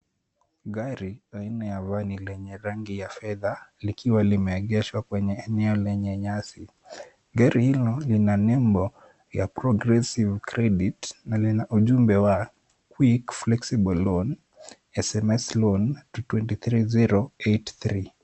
Gari aina ya vani lenye rangi ya fedha likiwa limeegeshwa kwenye eneo lenye nyasi. Gari hilo lina nembo ya Progressive credit na lina ujumbe wa quick flexible loans sms 'loan' to 23083 .